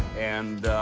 and, ah,